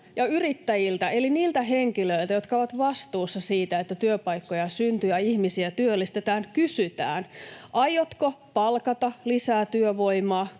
yrittäjiltä eli niiltä henkilöiltä, jotka ovat vastuussa siitä, että työpaikkoja syntyy ja ihmisiä työllistetään, kysytään, aiotko palkata lisää työvoimaa,